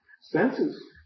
Senses